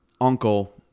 uncle